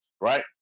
right